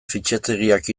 fitxategiak